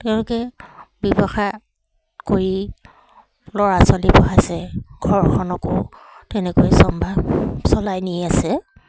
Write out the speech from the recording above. তেওঁলোকে ব্যৱসায় কৰি ল'ৰা ছোৱালী পঢ়া ঘৰখনকো তেনেকৈ চম্ভা চলাই নি আছে